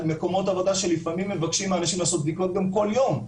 מקומות עבודה שלפעמים מבקשים מאנשים לעשות בדיקות גם כל יום,